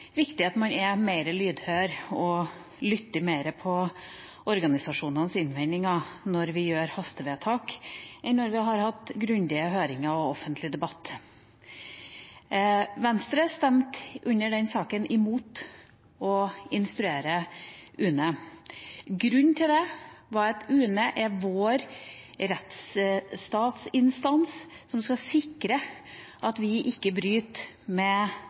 viktig at vi er lydhøre og lytter mer til organisasjonenes innvendinger når vi gjør hastevedtak enn etter grundige høringer og offentlig debatt. Venstre stemte under den saken imot å instruere UNE. Grunnen til det var at UNE er den rettsstatsinstans som skal sikre at vi ikke bryter med